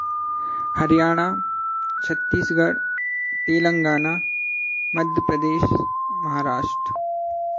Haryana Chhattisgarh Telangana Madhya Pradesh Maharashtra